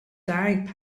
direct